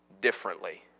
differently